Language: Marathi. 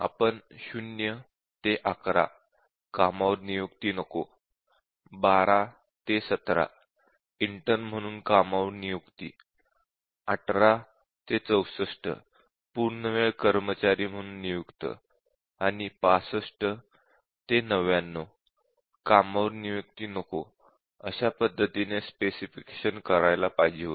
आपण 0 ते 11 कामावर नियुक्ती नको 12 ते 17 इंटर्न म्हणून कामावर नियुक्ती 18 ते 64 पूर्णवेळ कर्मचारी म्हणून नियुक्त आणि 65 ते 99 कामावर नियुक्ती नको अशा पद्धतीने स्पेसिफिकेशन करायला पाहिजे होते